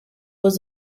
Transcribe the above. was